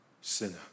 sinner